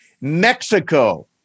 Mexico